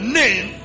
name